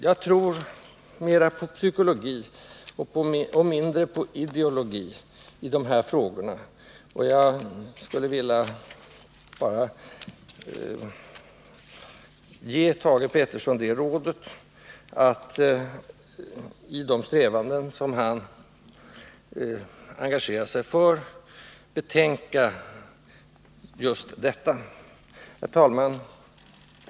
Jag tror mera på psykologi och mindre på ideologi i de här frågorna, och jag skulle bara vilja ge Thage Peterson rådet att i de strävanden som han engagerat sig för betänka just detta. Herr talman!